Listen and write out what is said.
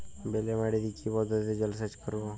বেলে মাটিতে কি পদ্ধতিতে জলসেচ করব?